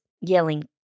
yelling